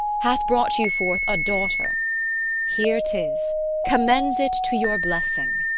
hath brought you forth a daughter here tis commends it to your blessing.